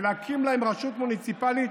ולהקים להן רשות מוניציפלית